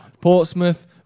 Portsmouth